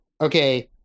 okay